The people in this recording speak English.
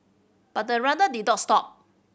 but the runners did not stop